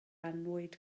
annwyd